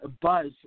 buzz